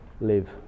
live